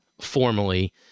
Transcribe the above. formally